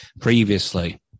previously